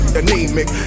anemic